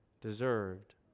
deserved